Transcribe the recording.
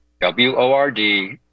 W-O-R-D